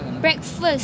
breakfast